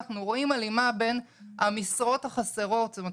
אנחנו רואים הלימה בין המשרות החסרות - זאת אומרת,